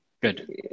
good